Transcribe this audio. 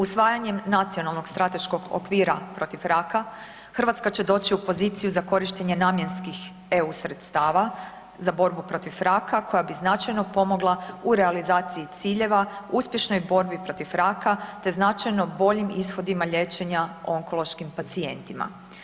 Usvajanjem Nacionalnog strateškog okvira protiv raka Hrvatska će doći u poziciju za korištenje namjenskih EU sredstava za borbu protiv raka koja bi značajno pomogla u realizaciji ciljeva, uspješnoj borbi protiv raka, te značajno boljim ishodima liječenja onkološkim pacijentima.